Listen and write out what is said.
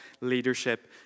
leadership